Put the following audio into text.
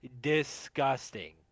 disgusting